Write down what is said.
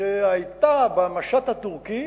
כשהיתה במשט הטורקי,